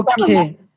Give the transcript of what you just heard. Okay